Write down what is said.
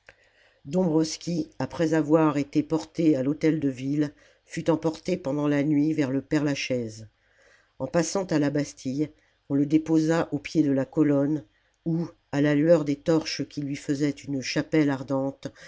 dombwroski après avoir été porté à l'hôtel-de-ville fut emporté pendant la nuit vers le père-lachaise en passant à la bastille on le déposa au pied de la colonne où à la lueur des torches qui lui faisaient une chapelle ardente